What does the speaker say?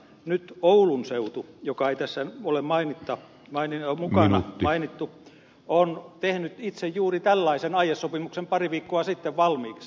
nyt oulun seutu joka ei tässä ole mukana mainittu on tehnyt itse juuri tällaisen aiesopimuksen pari viikkoa sitten valmiiksi